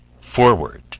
forward